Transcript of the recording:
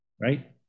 right